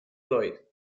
floyd